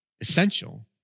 essential